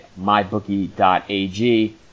MyBookie.ag